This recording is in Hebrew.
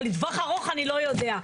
אבל לטווח ארוך אני לא יודע.